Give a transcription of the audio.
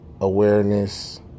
awareness